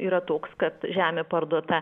yra toks kad žemė parduota